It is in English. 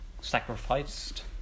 sacrificed